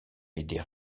aider